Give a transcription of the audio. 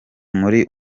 muri